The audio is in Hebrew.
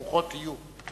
ברוכות תהיו.